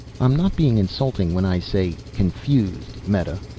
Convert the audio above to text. i'm not being insulting when i say confused, meta.